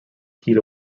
heat